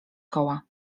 koła